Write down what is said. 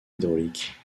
hydraulique